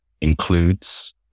includes